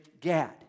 Gad